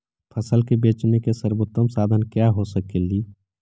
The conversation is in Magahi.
फसल के बेचने के सरबोतम साधन क्या हो सकेली?